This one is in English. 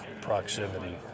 proximity